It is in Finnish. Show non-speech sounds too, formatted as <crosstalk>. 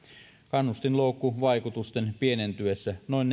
kannustinloukkuvaikutusten pienentyessä noin <unintelligible>